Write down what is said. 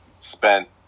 spent